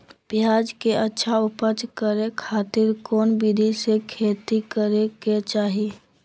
प्याज के अच्छा उपज करे खातिर कौन विधि से खेती करे के चाही?